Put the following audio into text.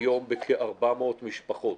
מדובר כיום בכ-400 משפחות.